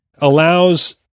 allows